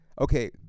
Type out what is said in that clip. Okay